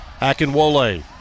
Akinwole